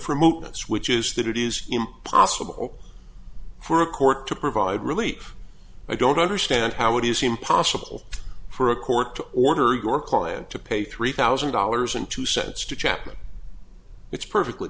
promote this which is that it is impossible for a court to provide relief i don't understand how it is impossible for a court to order your client to pay three thousand dollars and two cents to chapman it's perfectly